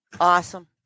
Awesome